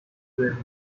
were